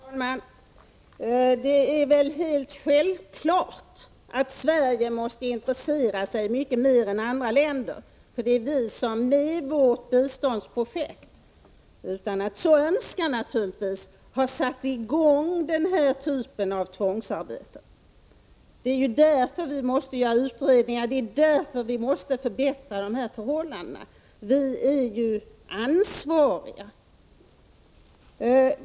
Fru talman! Det är väl helt självklart att Sverige måste intressera sig mycket mer än andra länder för dessa förhållanden, eftersom det är vi som med vårt biståndsprojekt — naturligtvis utan att så önska — har satt i gång den här typen av tvångsarbete. Det är därför vi måste göra utredningar, och det är därför vi måste förbättra förhållandena. Vi är ju ansvariga.